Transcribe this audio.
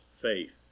faith